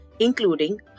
including